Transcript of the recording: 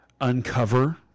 uncover